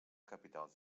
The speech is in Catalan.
capitals